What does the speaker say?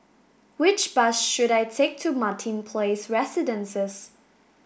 which bus should I take to Martin Place Residences